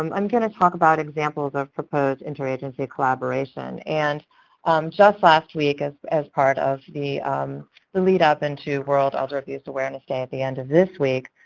um i'm gonna talk about examples of proposed interagency collaboration. and just last week, as as part of the the lead-up into world elder abuse awareness day at the end of this week,